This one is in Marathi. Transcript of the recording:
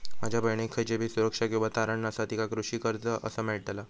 माझ्या बहिणीक खयचीबी सुरक्षा किंवा तारण नसा तिका कृषी कर्ज कसा मेळतल?